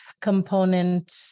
component